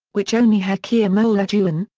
which only hakeem olajuwon,